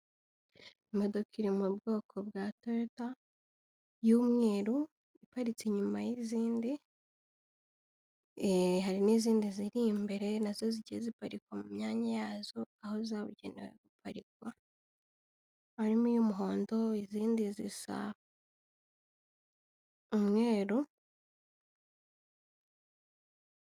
Imodoka iri mu bwoko bwa toyota y'umweru iparitse inyuma y'izindi, hari n'izindi ziri imbere nazo zigiye ziparikwa mu myanya yazo aho zabugenewe guparikwa, harimo iy'umuhondo izindi zisa umweru.